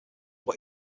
but